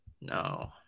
No